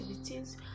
activities